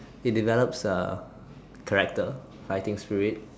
it develops uh character fighting spirit